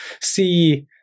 see